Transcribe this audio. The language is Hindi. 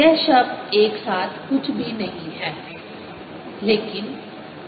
यह शब्द एक साथ कुछ भी नहीं है लेकिन एक आध E वर्ग d भाग dt है